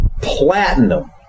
platinum